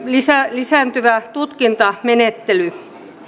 lisääntyvä tutkintamenettely